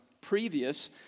previous